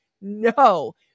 No